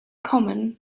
common